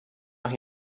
knew